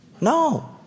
No